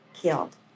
killed